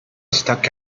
stuck